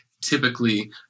typically